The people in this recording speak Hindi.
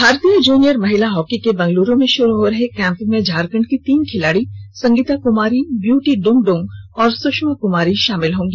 भारतीय जूनियर महिला हॉकी के बंगलूरू में शुरू हो रहे कैम्प में झारखंड की तीन खिलाड़ी संगीता कुमारी ब्यूटी डुंगडुंग और सुषमा कुमारी शामिल होगी